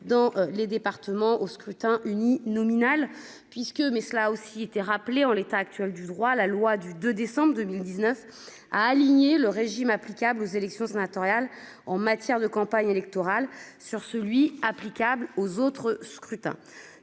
dans les départements au scrutin uninominal puisque mais cela aussi été rappelé en l'état actuel du droit, la loi du 2 décembre 2019 à aligner le régime applicable aux élections sénatoriales en matière de campagne électorale sur celui applicable aux autres scrutins